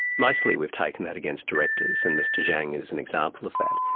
mostly we've taken that against directors and mr zhang is an example of that.